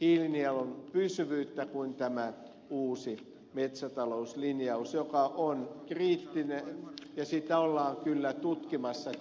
hiilinielun pysyvyyttä kuin tämä uusi metsätalouslinjaus joka on kriittinen ja sen vaikutuksia ollaan kyllä tutkimassakin